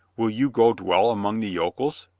will you go dwell among the yokels?